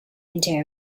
into